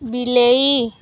ବିଲେଇ